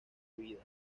vida